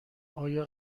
آیا